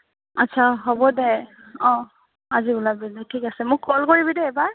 আচ্ছা হ'ব দে অঁ আজি ওলাবি দে ঠিক আছে মোক কল কৰিবি দে এবাৰ